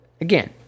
Again